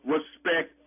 Respect